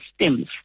systems